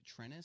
Trennis